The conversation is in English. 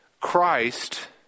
Christ